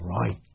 Right